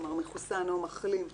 כלומר מחוסן או מחלים,